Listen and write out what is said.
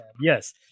Yes